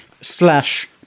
slash